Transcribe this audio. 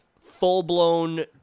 full-blown